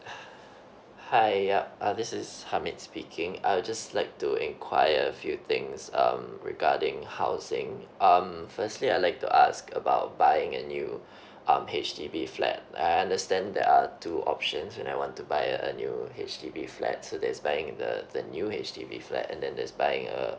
hi yup uh this is hamid speaking I'll just like to inquire a few things um regarding housing um firstly I'd like to ask about buying a new um H_D_B flat I understand there're two options when I want to buy a new H_D_B flat so there's buying the the new H_D_B flat and then there's by a